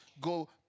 go